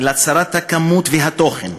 אלא חסרת הכמות והתוכן,